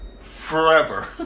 forever